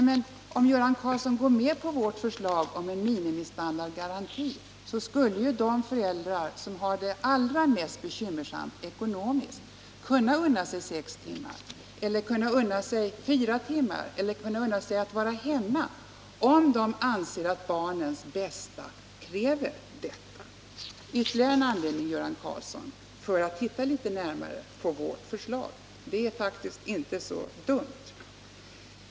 Men om Göran Karlsson går med på vårt förslag om en ministandardgaranti, skulle de föräldrar som har det allra mest bekymmersamt ekonomiskt kunna unna sig att arbeta sex timmar eller fyra timmar eller att vara hemma helt om de anser att barnens bästa kräver detta. Det är ytterligare en anledning, Göran Karlsson, att se närmare på vårt förslag, som faktiskt inte är så dumt.